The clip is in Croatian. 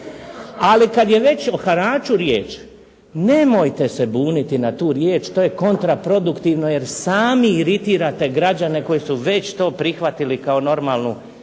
Ali kada je već o haraču riječ nemojte se buniti na tu riječ jer to je kontraproduktivno jer samo iritirate građane koji su to već prihvatili kao normalnu